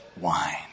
wine